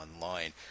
online